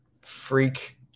freak